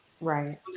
Right